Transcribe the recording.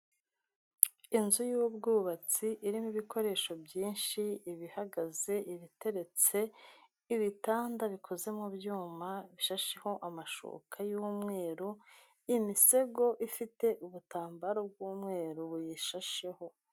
Inzu y'ubwubatsi irimo ibikoresho byinshi, ibihagaze, ibiteretse, ibitanda bikoze mu byuma bishasheho amashuka y'umweru, imisego ifite ubutambaro bw'umweru buyishasheho.